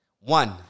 one